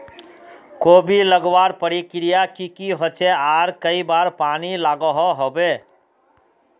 कोबी लगवार प्रक्रिया की की होचे आर कई बार पानी लागोहो होबे?